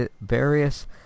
various